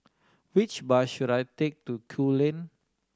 which bus should I take to Kew Lane